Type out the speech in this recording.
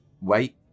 wait